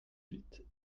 huit